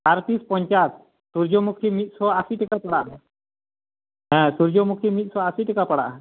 ᱯᱟᱨ ᱯᱤᱥ ᱯᱚᱧᱪᱟᱥ ᱥᱩᱨᱡᱚᱢᱩᱠᱷᱤ ᱢᱤᱫᱥᱚ ᱟᱥᱤ ᱴᱟᱠᱟ ᱯᱟᱲᱟᱜᱼᱟ ᱦᱮᱸ ᱥᱩᱨᱡᱚᱢᱩᱠᱷᱤ ᱢᱤᱫᱥᱚ ᱟᱥᱤ ᱴᱟᱠᱟ ᱯᱟᱲᱟᱜᱼᱟ